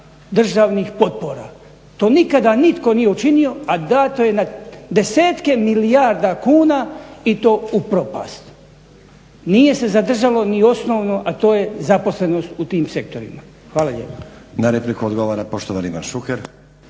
državnih potpora. To nikada nitko nije učinio, a dato je na desetke milijarda kuna i to u propast. Nije se zadržalo ni osnovno, a to je zaposlenost u tim sektorima. Hvala lijepa.